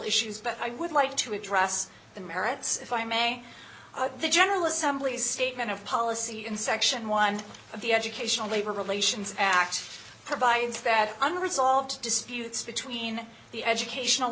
issues but i would like to address the merits if i may the general assembly's statement of policy in section one of the educational labor relations act provides that unresolved disputes between the educational